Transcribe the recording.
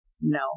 no